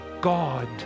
God